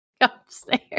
upstairs